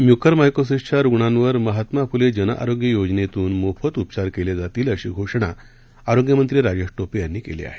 म्युकरमायकोसीसच्या रुग्णांवर महात्मा फुले जनआरोग्य योजनेतून मोफत उपचार केले जातील अशी घोषणा आरोग्यमंत्री राजेश टोपे यांनी केली आहे